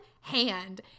hand